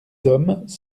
hommes